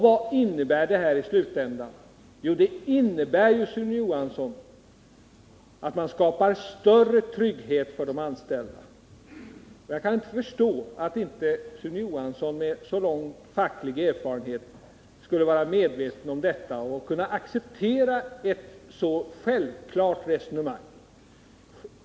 Vad innebär då det i slutändan? Jo, det innebär att man skapar större trygghet för de anställda. Jag kan inte förstå att Sune Johansson, med sin långa fackliga erfarenhet, inte är medveten om detta och kan acceptera ett så självklart resonemang.